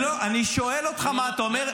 אני שואל אותך מה אתה אומר,